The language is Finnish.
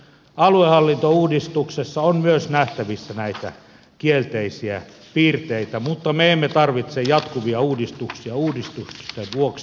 aluehallintouudistuksessa on myös nähtävissä näitä kielteisiä piirteitä mutta me emme tarvitse jatkuvia uudistuksia uudistusten vuoksi